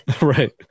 right